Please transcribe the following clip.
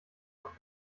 noch